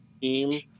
team